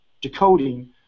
decoding